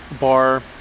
bar